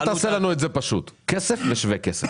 בוא תעשה לנו את זה פשוט ותפריד בין כסף לבין שווה כסף.